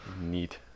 Neat